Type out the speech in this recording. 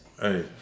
Hey